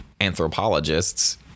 anthropologists